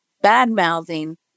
bad-mouthing